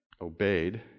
obeyed